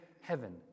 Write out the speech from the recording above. heaven